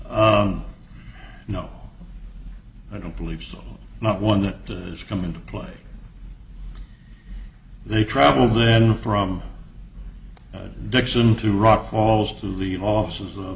own no i don't believe so not one that has come into play they travel then from dixon to rock falls to the offices